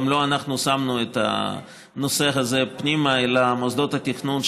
גם לא אנחנו שמנו את הנושא הזה פנימה אלא מוסדות התכנון,